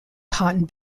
cotton